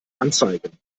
anzeigen